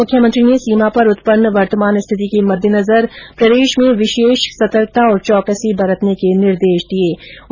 मुख्यमंत्री ने सीमा पर उत्पन्न वर्तमान स्थिति के मददेनजर प्रदेश में विशेष सतर्कता और चौकसी बरतने के निर्देश दिए गए